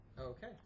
Okay